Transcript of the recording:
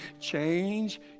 Change